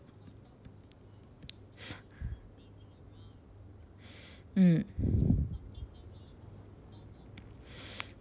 mm